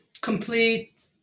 complete